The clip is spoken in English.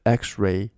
x-ray